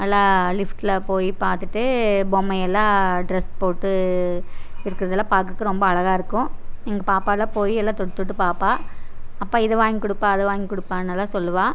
நல்லா லிஃப்டில் போய் பார்த்துட்டு பொம்மை எல்லாம் ட்ரெஸ் போட்டு இருக்கிறதுலா பார்க்குறக்கு ரொம்ப அழகாக இருக்கும் எங்கள் பாப்பால்லாம் போய் எல்லா தொட்டு தொட்டு பாப்பா அப்பா இது வாங்கி கொடுப்பா அதை வாங்கி கொடுப்பானெல்லாம் சொல்லுவா